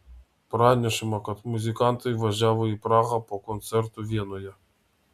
pranešama kad muzikantai važiavo į prahą po koncertų vienoje